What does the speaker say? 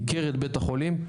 ייקר את בית החולים,